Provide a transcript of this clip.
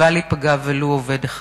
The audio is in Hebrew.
לבל ייפגע ולו עובד אחד.